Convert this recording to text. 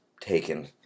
taken